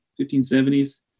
1570s